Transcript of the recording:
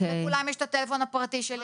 לכולם יש את הטלפון הפרטי שלי,